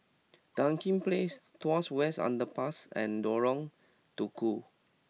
Dinding Place Tuas West Underpass and Lorong Tukol